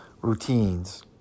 routines